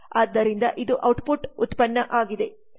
ಆದ್ದರಿಂದ ಇದು output ಉತ್ಪನ್ನ ಆಗಿದೆ